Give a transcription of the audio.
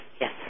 yes